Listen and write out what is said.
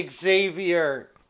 Xavier